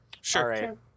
Sure